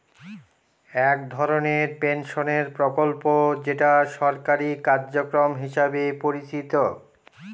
এক ধরনের পেনশনের প্রকল্প যেটা সরকারি কার্যক্রম হিসেবে পরিচিত